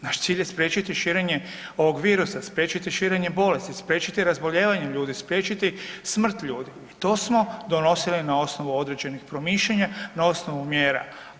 Naš cilj je spriječiti širenje ovog virusa, spriječiti širenje bolesti, spriječiti razbolijevanje ljudi, spriječiti smrt ljudi i to smo donosili na osnovu određenih promišljanja, na osnovu mjera.